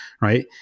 right